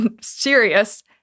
serious